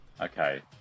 Okay